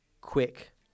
quick